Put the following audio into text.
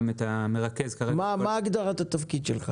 מה הגדרת התפקיד שלך?